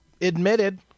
admitted